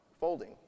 folding